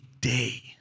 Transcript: day